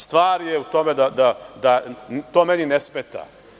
Stvar je u tome da to meni ne smeta.